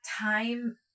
time